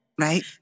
Right